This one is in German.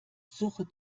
suche